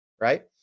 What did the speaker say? right